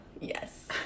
yes